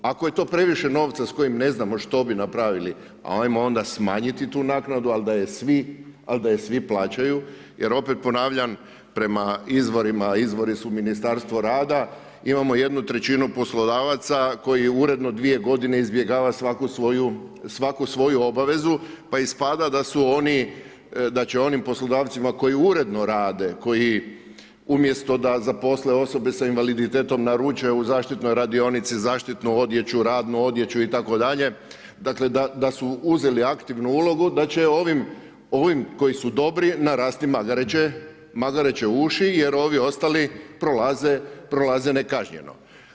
Ako je to previše novca s kojim ne znamo što bi napravili, ajmo onda smanjiti tu naknadu ali da je svi plaćaju jer opet ponavljam, prema izvorima, a izvori su Ministarstvo rada, imamo jednu trećinu poslodavaca koji uredno 2 godine izbjegava svaku svoju obavezu pa ispada da su oni, da će onim poslodavcima koji uredno rade, koji umjesto da zaposle osobe sa invaliditetom naruče u zaštitnoj radionici zaštitnu odjeću, radnu odjeću itd. dakle da su uzeli aktivnu ulogu da će ovim koji su dobri narasti magareće uši jer ovi ostali prolaze nekažnjeno.